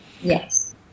Yes